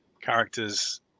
characters